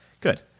Good